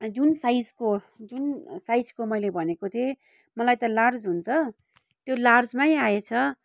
जुन साइजको जुन साइजको मैले भनेको थिएँ मलाई त लार्ज हुन्छ त्यो लार्जमै आएछ